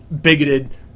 bigoted